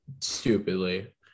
stupidly